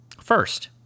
First